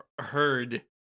heard